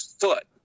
foot